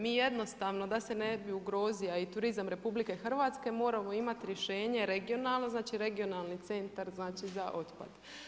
Mi jednostavno da se ne bi ugrozio i turizam RH moramo imati rješenje regionalno, znači regionalni centar znači za otpad.